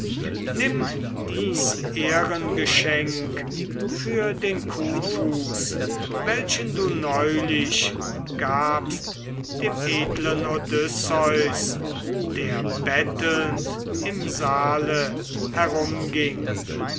nimm dies ehrengeschenk für den kuhfuß welchen du neulich gabst dem edlen odysseus der bettelnd im saale herumging